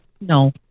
No